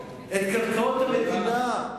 את קרקעות המדינה,